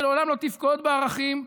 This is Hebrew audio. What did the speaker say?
שלעולם לא תבגוד בערכים,